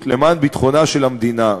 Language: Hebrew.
למען ביטחונה של המדינה,